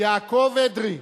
יעקב אדרי,